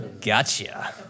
gotcha